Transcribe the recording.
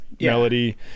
melody